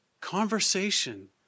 conversation